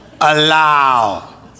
allow